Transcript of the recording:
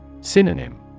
Synonym